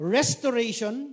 restoration